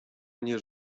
mnie